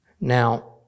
Now